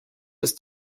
ist